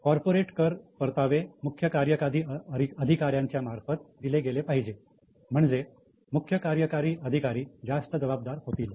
corporate कर परतावे मुख्य कार्यकारी अधिकाऱ्यांमार्फतच दिले गेले पाहिजे म्हणजे मुख्य कार्यकारी अधिकारी जास्त जबाबदार होतील